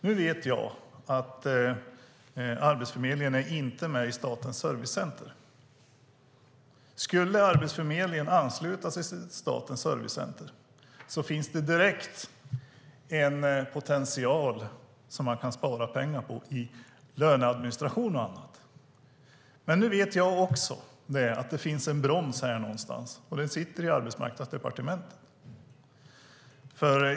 Nu vet jag att Arbetsförmedlingen inte är med i Statens servicecenter. Om Arbetsförmedlingen skulle ansluta sig dit finns det direkt en potential som man kan spara pengar på i löneadministration och annat. Men nu vet jag också att det finns en broms här någonstans, och den sitter i Arbetsmarknadsdepartementet.